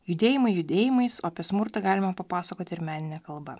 judėjimai judėjimais o apie smurtą galima papasakoti ir menine kalba